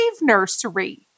nursery